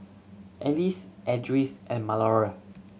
Elzie Edris and Malorie